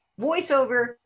Voiceover